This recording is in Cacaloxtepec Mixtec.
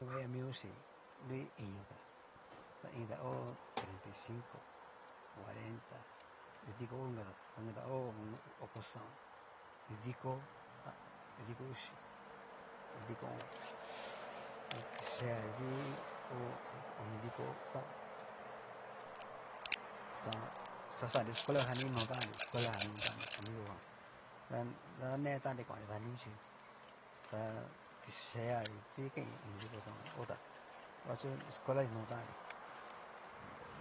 Nruve amigo xi nru iñota ta iin tá ho treinta y cinco, cuarenta udiko hó onkata ta inkata ho okoxa o'on, udiko, udiko uxí, udiko o'on, ta tiyega nguti hó sese onidiko xaón xa xanrí escuela ta jan ni kinotandri escuela jan ni kinotanri amigo ján, ta da netan'nri kuanri vichí, ta tiyega ngutikain onidiko xaón otá, to akacho escuela ni kino tan'nri.